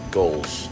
goals